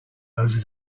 over